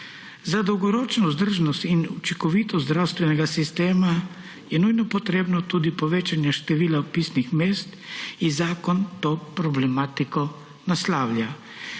Za dolgoročno vzdržnost in učinkovitost zdravstvenega sistema je nujno potrebno tudi povečanje števila vpisnih mest in zakon to problematiko naslavlja.